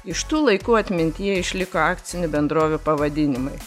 iš tų laikų atmintyje išliko akcinių bendrovių pavadinimai